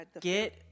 get